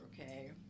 okay